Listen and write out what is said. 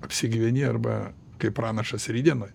apsigyveni arba kaip pranašas rytdienoj